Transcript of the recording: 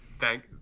Thank